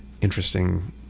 interesting